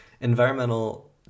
environmental